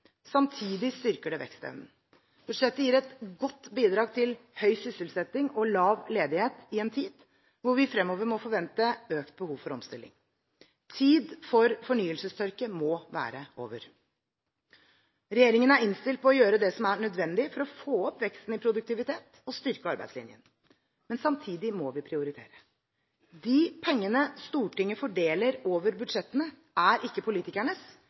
Samtidig styrker det vekstevnen. Budsjettet gir et godt bidrag til høy sysselsetting og lav ledighet i en tid hvor vi fremover må forvente økt behov for omstilling. Tiden for fornyelsestørke må være over. Regjeringen er innstilt på å gjøre det som er nødvendig for å få opp veksten i produktiviteten og styrke arbeidslinjen. Samtidig må vi prioritere. De pengene Stortinget fordeler over budsjettene, er ikke